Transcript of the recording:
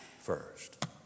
first